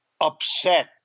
upset